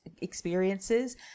experiences